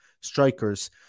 strikers